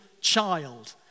child